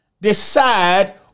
decide